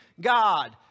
God